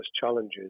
challenges